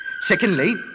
Secondly